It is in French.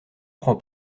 prend